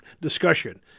discussion